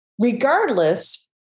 Regardless